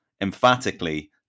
Emphatically